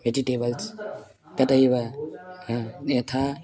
vegetables तथैव यथा